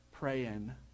praying